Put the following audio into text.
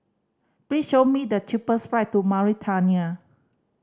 please show me the cheapest flight to Mauritania